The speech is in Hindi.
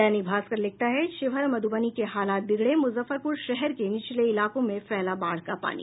दैनिक भास्कर लिखता है शिवहर मध्रबनी के हालात बिगड़े मुजफ्फरपुर शहर के निचले इलाकों में फैला बाढ़ का पानी